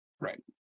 Right